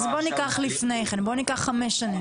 אז בוא ניקח לפני כן, בוא ניקח חמש שנים אחורה.